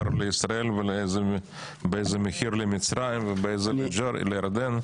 לישראל ובאיזה מחיר למצרים ובאיזה לירדן?